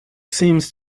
seems